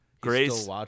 Grace